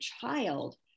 child